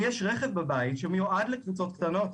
לי יש רכב בבית שמיועד לקבוצות קטנות.